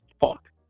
fuck